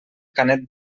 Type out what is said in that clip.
canet